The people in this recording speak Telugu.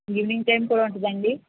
ఈవినింగ్ టైమ్ కూడా ఉంటుందా అండి